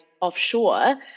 offshore –